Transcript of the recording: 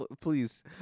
please